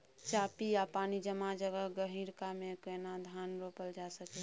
चापि या पानी जमा जगह, गहिरका मे केना धान रोपल जा सकै अछि?